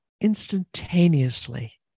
instantaneously